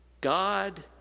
God